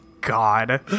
God